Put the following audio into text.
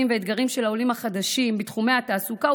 ואתגרים של העולים החדשים בתחומי התעסוקה,